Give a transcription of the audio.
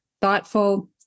thoughtful